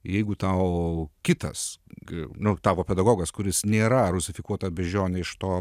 jeigu tau kitas nu tavo pedagogas kuris nėra rusifikuota beždžionę iš to